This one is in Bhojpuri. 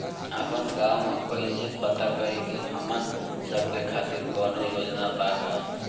आपन गाँव म कइसे पता करि की हमन सब के खातिर कौनो योजना बा का?